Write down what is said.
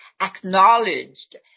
acknowledged